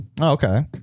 okay